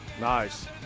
Nice